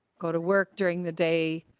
go to work during the day.